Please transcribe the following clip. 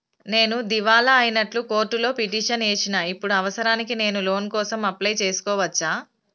నేను దివాలా అయినట్లు కోర్టులో పిటిషన్ ఏశిన ఇప్పుడు అవసరానికి నేను లోన్ కోసం అప్లయ్ చేస్కోవచ్చా?